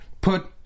put